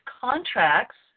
contracts